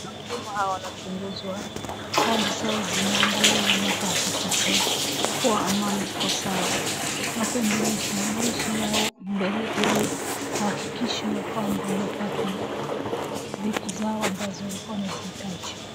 Wanahuduma hao wanachunguzwa, kadi zao zinaangaliwa na kuhakikisha kuwa amani iko sawa. Na kuendeleza maisha yao mbele ili wahakikishwe ya kwamba wamepata vitu zao ambazo walikuwa wanazihitaji.